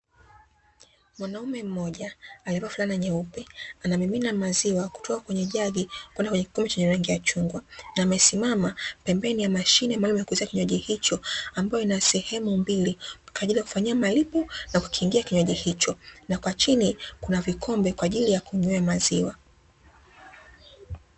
Mwanaume mmoja amevaa fulana nyeupe anamimina maziwa kutoka kwenye jagi kwenda kwenye kikombe chenye rangi ya chungwa, amesimama pembeni ya mashine maalumu ya kuuzia kinywajii hicho ambayo ina sehemu mbili kwa ajili ya kufanyia malipo na kukingia kinywajii hicho na kwa chini Kuna vikombe kwa ajili ya kunywea maziwa.